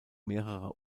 mehrerer